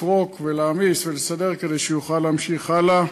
לפרוק ולהעמיס ולסדר כדי שהוא יוכל להמשיך הלאה.